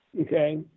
okay